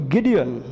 Gideon